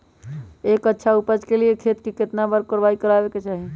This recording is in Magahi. एक अच्छा उपज के लिए खेत के केतना बार कओराई करबआबे के चाहि?